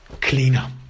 cleaner